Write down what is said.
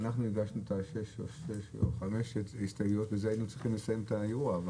אנחנו הגשנו את חמשת ההסתייגויות ובזה היינו צריכים לסיים את האירוע.